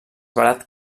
barat